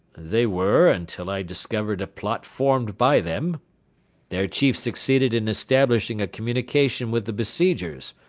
they were until i discovered a plot formed by them their chief succeeded in establishing a communication with the besiegers,